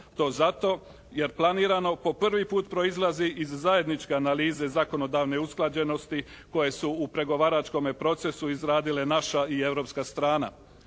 To zato jer planirano po prvi put proizlazi iz zajedničke analize zakonodavne usklađenosti koje su u pregovaračkome procesu izradile naša i europska strana.